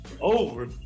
Over